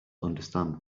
understand